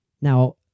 Now